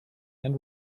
and